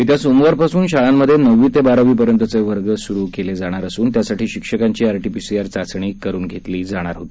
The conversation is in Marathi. येत्या सोमवारपासून शाळांमध्ये नववी ते बारावीपर्यंतचे वर्ग सुरू करण्यात येणार असून त्यासाठी शिक्षकांची आरटीपीसीआर चाचणी करून घेण्यात येणार होती